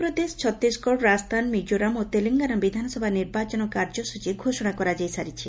ମଧ୍ୟପ୍ରଦେଶ ଛତିଶଗଡ଼ ରାଜସ୍ଥାନ ମିଜୋରାମ୍ ଓ ତେଲଙ୍ଗାନା ବିଧାନସଭା ନିର୍ବାଚନ କାର୍ଯ୍ୟସ୍ଟଚୀ ଘୋଷଣା କରାଯାଇସାରିଛି